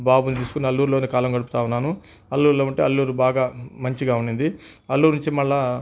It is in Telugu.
బాబుని తీసుకుని అల్లూరులోనే కాలం గడుపుతు ఉన్నాను అల్లూరులో ఉంటే అల్లూరు బాగా మంచిగా ఉన్నింది అల్లూరు నుంచి మరలా